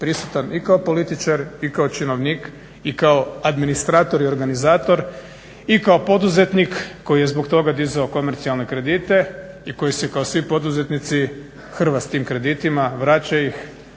prisutan i kao političar, i kao činovnik, i kao administrator i organizator, i kao poduzetnik koji je zbog toga dizao komercijalne kredite i koji se kao svi poduzetnici hrva s tim kreditima, vraća ih,